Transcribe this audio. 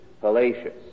fallacious